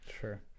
Sure